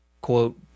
quote